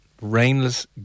Rainless